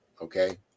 Okay